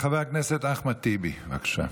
חבר הכנסת אחמד טיבי, בבקשה.